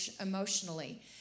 emotionally